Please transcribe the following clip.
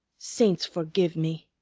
saints forgive me!